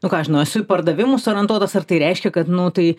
nu ką aš žinau esu į pardavimus orientuotas ar tai reiškia kad nu tai